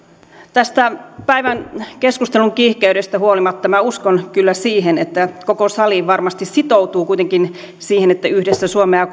tästä päivän keskustelun kiihkeydestä huolimatta minä uskon kyllä siihen että koko sali varmasti sitoutuu kuitenkin siihen että yhdessä suomea